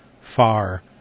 far